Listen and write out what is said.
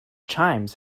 chimes